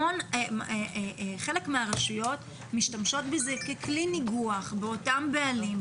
חלק מהרשויות משתמשות בזה ככלי ניגוח באותם בעלים,